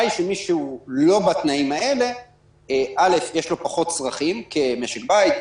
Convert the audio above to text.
שמי שאינו בתנאים האלה יש לו פחות צרכים כמשק בית,